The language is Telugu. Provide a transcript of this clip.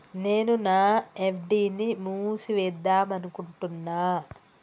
నేను నా ఎఫ్.డి ని మూసివేద్దాంనుకుంటున్న